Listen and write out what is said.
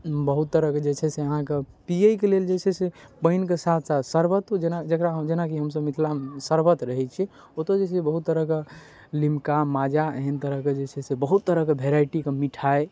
बहुत तरहके जे छै से अहाँके पिएके लेल जे छै से पानिके साथ साथ शरबतो जेना जकरा जेनाकि हमसभ मिथिलामे शरबत रहै छै ओतहु जे छै बहुत तरहके लिम्का माजा एहन तरहके जे छै से बहुत तरहके वेराइटीके मिठाइ